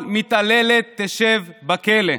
שכל מתעללת תשב בכלא,